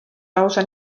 lausa